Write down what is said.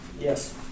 Yes